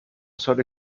sólo